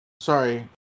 Sorry